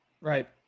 Right